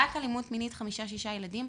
רק אלימות מינית, חמישה-שישה ילדים.